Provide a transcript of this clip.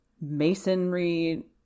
masonry